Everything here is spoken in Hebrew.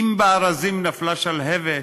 אם בארזים נפלה שלהבת,